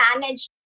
manage